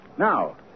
Now